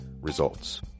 results